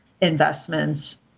investments